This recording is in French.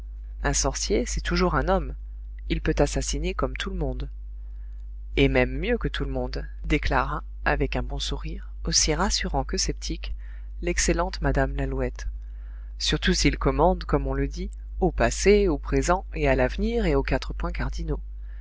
un sorcier c'est toujours un homme il peut assassiner comme tout le monde et même mieux que tout le monde déclara avec un bon sourire aussi rassurant que sceptique l'excellente mme lalouette surtout s'il commande comme on le dit au passé au présent et à l'avenir et aux quatre points cardinaux